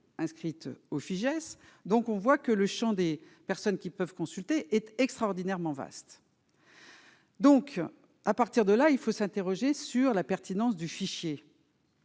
inscrite au Fijais, donc on voit que le Champ des personnes qui peuvent consulter et extraordinairement vaste. Donc à partir de là, il faut s'interroger sur la pertinence du fichier.